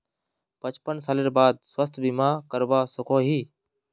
पचपन सालेर बाद स्वास्थ्य बीमा करवा सकोहो ही?